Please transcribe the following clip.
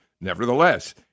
Nevertheless